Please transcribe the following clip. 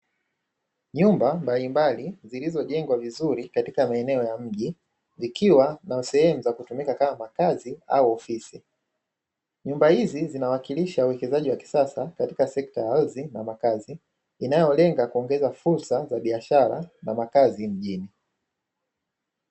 Nyumba mbalimbali zilizojengwa vizuri katika maeneo ya mji, zikiwa na sehemu za kutumika kama makazi au ofisi. Nyumba hizi zinawakilisha uwekezaji wa kisasa katika sekta ya ardhi na makazi, inayolenga kuongeza fursa za biashara na makazi mjini.